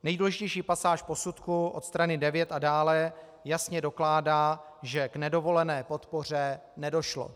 Nejdůležitější pasáž posudku od strany 9 a dále jasně dokládá, že k nedovolené podpoře nedošlo.